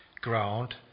ground